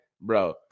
bro